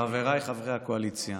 חבריי חברי הקואליציה,